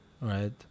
Right